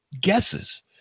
guesses